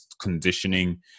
conditioning